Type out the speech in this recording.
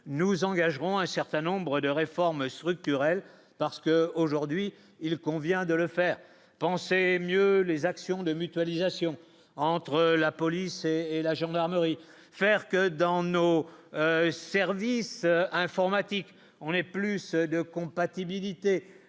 nous engagerons un certain nombre de réformes structurelles, parce que aujourd'hui il convient de le faire penser mieux les actions de mutualisation entre la police et la gendarmerie, faire que dans nos services informatiques, on n'est plus de compatibilité